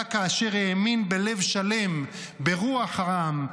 צדק כאשר האמין בלב שלם ברוח העם,